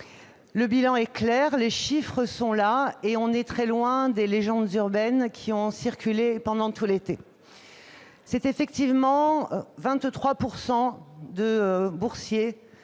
Le bilan est clair, les chiffres sont là : nous sommes très loin des légendes urbaines qui ont circulé pendant l'été. Ce sont effectivement 23 % de boursiers